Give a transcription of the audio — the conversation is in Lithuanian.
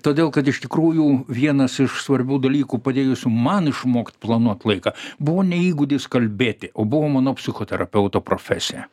todėl kad iš tikrųjų vienas iš svarbių dalykų padėjusių man išmokt planuot laiką buvo ne įgūdis kalbėti o buvo mano psichoterapeuto profesija